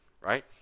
right